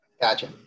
Gotcha